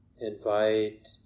invite